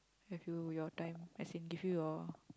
have you your time as in give you your